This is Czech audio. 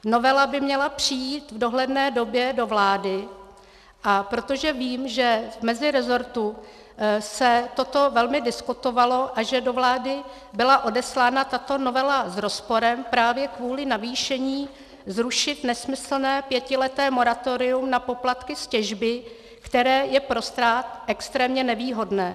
Novela by měla přijít v dohledné době do vlády, a protože vím, že mezi resorty se to hodně diskutovalo a že do vlády byla odeslána tato novela s rozporem právě kvůli navýšení zrušit nesmyslné pětileté moratorium na poplatky z těžby, které je pro stát extrémně nevýhodné.